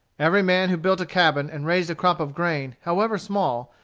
every man who built a cabin and raised a crop of grain, however small,